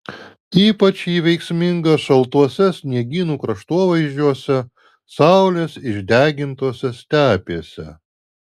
ypač ji veiksminga šaltuose sniegynų kraštovaizdžiuose saulės išdegintose stepėse